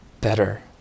better